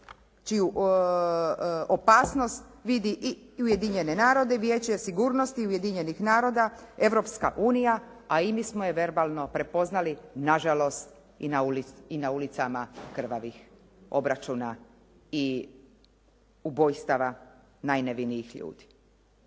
čiju opasnost vidi i Ujedinjeni narodi, Vijeće sigurnosti Ujedinjenih naroda, Europska unija, a i mi smo je verbalno prepoznali na žalost i na ulicama krvavih obračuna i ubojstava najnevinijih ljudi.